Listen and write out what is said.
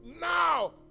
Now